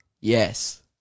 Yes